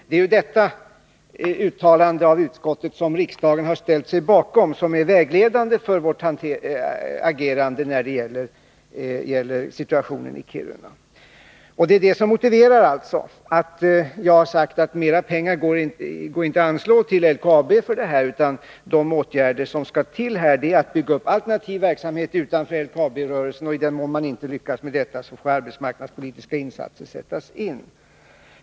Det är detta uttalande, som riksdagen har ställt sig bakom, som är vägledande för vårt agerande när det gäller situationen i Kiruna. Det är det som motiverar att jag har sagt att det inte går att anslå mer pengar till LKAB. De åtgärder som skall till är att alternativ verksamhet byggs upp utanför LKAB-rörelsen, och i den mån man inte lyckas med detta får arbetsmarknadspolitiska insatser sättas in.